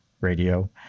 Radio